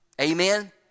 amen